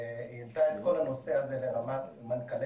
היא העלתה את כל הנושא הזה לרמת מנכ"לי